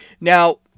Now